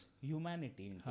humanity